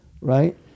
right